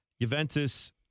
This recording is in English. Juventus